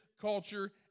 culture